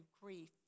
grief